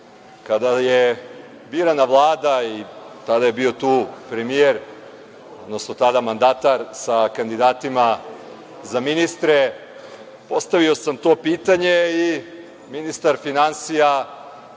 je birana Vlada i tada je bio tu premijer, odnosno tada mandatar sa kandidatima za ministre postavio sam to pitanje i ministar finansija